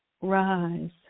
rise